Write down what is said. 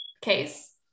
case